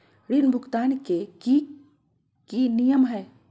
ऋण भुगतान के की की नियम है?